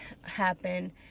happen